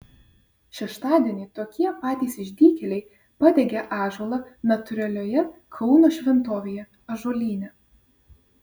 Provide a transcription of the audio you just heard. šeštadienį tokie patys išdykėliai padegė ąžuolą natūralioje kauno šventovėje ąžuolyne